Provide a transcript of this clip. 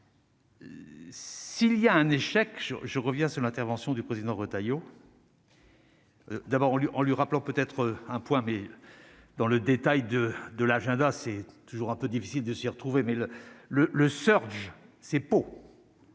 S'il y a un échec, je reviens sur l'intervention du président Retailleau. D'abord, on lui en lui rappelant peut-être un point mais dans le détail de de l'agenda, c'est toujours un peu difficile de s'y retrouver mais le le le Search